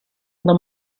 alla